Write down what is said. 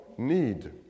need